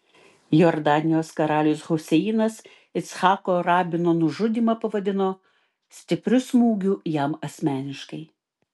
jordanijos karalius huseinas icchako rabino nužudymą pavadino stipriu smūgiu jam asmeniškai